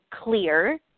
clear